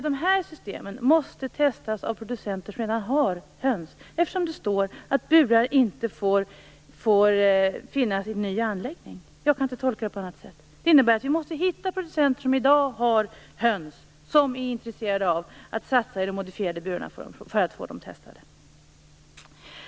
De här systemen måste testas av producenter som redan har höns, eftersom det står att burar inte får finnas i ny anläggning. Jag kan inte tolka det på annat sätt. Det innebär att vi måste hitta producenter som i dag har höns och som är intresserade av att satsa på de modifierade burarna för att få dem testade.